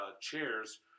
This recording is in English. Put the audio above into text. chairs